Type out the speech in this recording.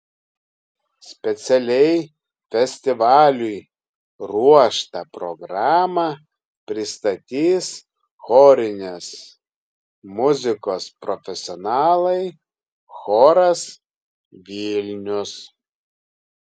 specialiai festivaliui ruoštą programą pristatys chorinės muzikos profesionalai choras vilnius